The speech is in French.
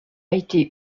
été